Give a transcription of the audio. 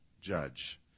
judge